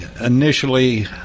initially